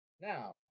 Now